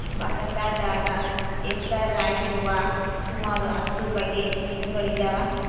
ಭಾರತದಾಗ ಹೆಸರಾಗಿರುವ ಸುಮಾರು ಹತ್ತು ಬಗೆ ಮೀನುಗಳಿದವ